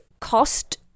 cost